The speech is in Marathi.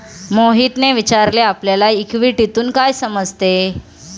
मोहितने विचारले आपल्याला इक्विटीतून काय समजते?